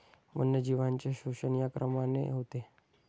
वन्यजीवांचे शोषण या क्रमाने होते